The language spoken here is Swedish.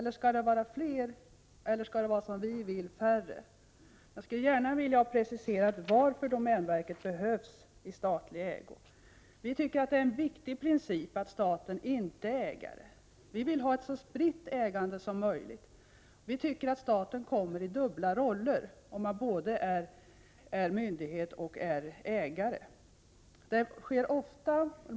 Borde det vara fler, eller borde det vara, som vi i folkpartiet vill, färre? Vi tycker att det är en viktig princip att staten inte är ägare. Vi vill ha ett så spritt ägande som möjligt. Om staten både är myndighet och ägare hamnar den i en dubbelroll.